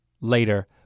later